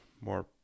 more